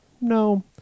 No